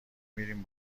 میریم